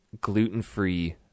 gluten-free